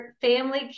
family